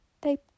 They